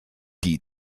die